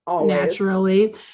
naturally